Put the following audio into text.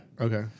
Okay